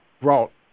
brought